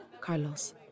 Carlos